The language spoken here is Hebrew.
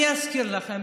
אני אזכיר לכם.